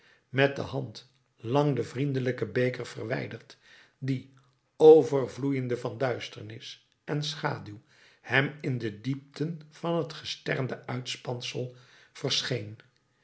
met de hand lang den vriendelijken beker verwijderd die overvloeiende van duisternis en schaduw hem in de diepten van het gesternde uitspansel verscheen